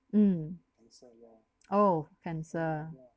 mm oh cancer